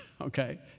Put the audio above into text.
Okay